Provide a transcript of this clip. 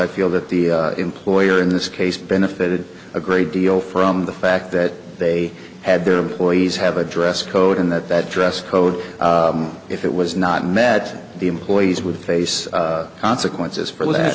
i feel that the employer in this case benefited a great deal from the fact that they had their employees have a dress code in that dress code if it was not met the employees would face consequences for l